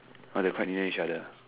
quite near each other